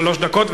שלוש דקות,